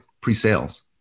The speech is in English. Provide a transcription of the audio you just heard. pre-sales